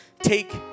take